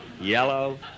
yellow